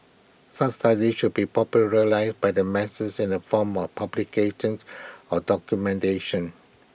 such studies should be popularized but the masses in the form of publications or documentation